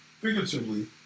figuratively